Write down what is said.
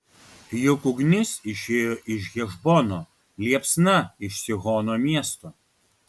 juk ugnis išėjo iš hešbono liepsna iš sihono miesto